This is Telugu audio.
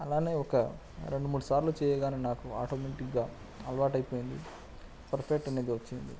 అలాగే ఒక రెండు మూడు సార్లు చేయగానే నాకు ఆటోమెటిక్గా అలవాటైపోయింది పర్ఫెక్ట్ అనేది వచ్చింది